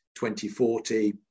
2040